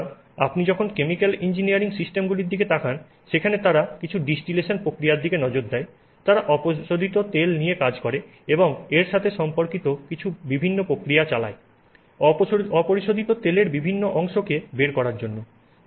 সুতরাং আপনি যখন কেমিক্যাল ইঞ্জিনিয়ারিং সিস্টেমগুলির দিকে তাকান যেখানে তারা কিছু ডিস্টিলেশন প্রক্রিয়ার দিকে নজর দেয় তারা অপরিশোধিত তেল নিয়ে কাজ করে এবং এর সাথে সম্পর্কিত কিছু বিভিন্ন প্রক্রিয়া চালায় অপরিশোধিত তেলের বিভিন্ন অংশকে বের করার জন্য